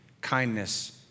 kindness